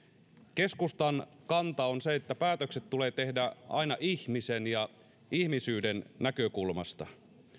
keskustan kanta on se että päätökset tulee tehdä aina ihmisen ja ihmisyyden näkökulmasta